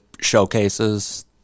showcases